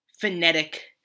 phonetic